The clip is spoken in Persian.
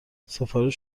سفارش